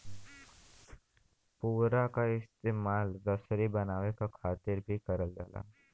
पुवरा क इस्तेमाल रसरी बनावे क खातिर भी करल जाला